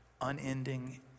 unending